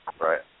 right